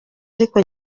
ariko